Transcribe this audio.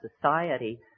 society